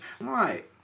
Right